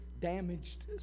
damaged